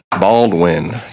Baldwin